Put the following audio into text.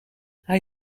hij